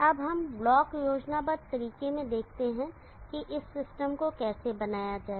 अब हम ब्लॉक योजनाबद्ध तरीके में देखते हैं कि इस सिस्टम को कैसे बनाया जाए